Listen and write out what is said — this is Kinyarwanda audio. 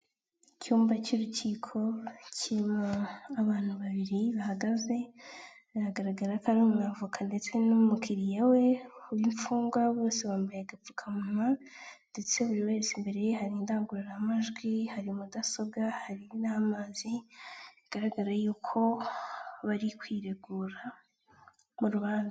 Icyumba cy'urukiko kirimo abantu babiri bahagaze biragaragara ko ari umwavoka ndetse n'umukiriya we w'imfungwa bose bambaye agapfukamunwa ndetse buri wese mbere ye hari indangururamajwi, hari mudasobwa, hari n'amazi bigaragara yuko bari kwiregura mu rubanza.